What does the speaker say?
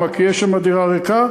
למה, כי יש שם דירה ריקה?